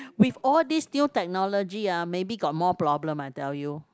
with all this new technology ah maybe got more problem I tell you